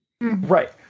Right